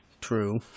True